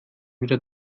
wieder